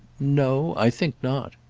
no i think not.